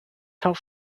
talk